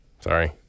Sorry